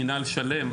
מנהל שלם,